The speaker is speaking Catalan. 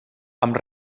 amb